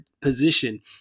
position